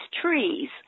trees